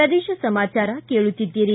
ಪ್ರದೇಶ ಸಮಾಚಾರ ಕೇಳುತ್ತೀದ್ದಿರಿ